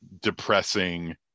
depressing